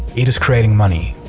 it is creating money.